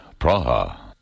Praha